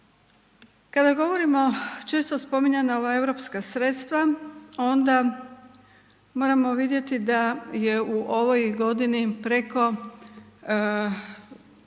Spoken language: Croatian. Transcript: Kada govorimo često spominjana ova europska sredstava onda moramo vidjeti da je u ovoj godini preko